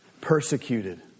persecuted